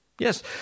Yes